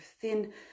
thin